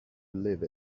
believe